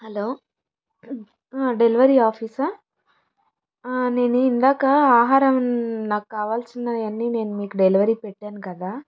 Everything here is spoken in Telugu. హలో డెలివరీ ఆఫీస్ ఆ హా నేను ఇందాక ఆహారం నాకు కావాల్సినవి అన్ని నేను మీకు డెలివరీ పెట్టాను కదా